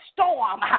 storm